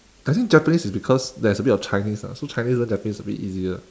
I think japanese is because there's a bit of chinese ah so chinese learn japanese a bit easier